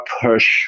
push